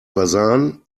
versahen